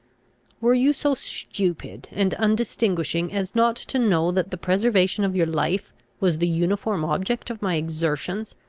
were you so stupid and undistinguishing as not to know that the preservation of your life was the uniform object of my exertions?